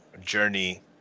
journey